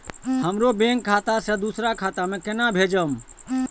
हमरो बैंक खाता से दुसरा खाता में केना भेजम?